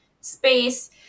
space